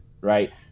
right